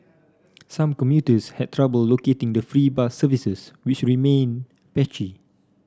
some commuters had trouble locating the free bus services which remained patchy